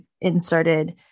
inserted